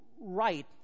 right